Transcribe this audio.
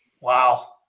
Wow